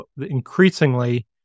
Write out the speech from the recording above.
increasingly